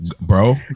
bro